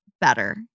better